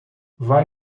vai